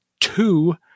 two